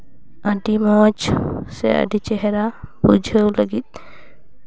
ᱟᱹᱰᱤ ᱢᱚᱡᱽ ᱥᱮ ᱟᱹᱰᱤ ᱪᱮᱦᱨᱟ ᱵᱩᱡᱷᱟᱹᱣ ᱞᱟᱹᱜᱤᱫ